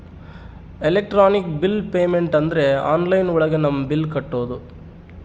electronic bill payment ಅಂದ್ರೆ online ಒಳಗ ನಮ್ ಬಿಲ್ ಕಟ್ಟೋದು